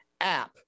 app